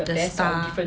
the star